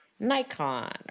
Nikon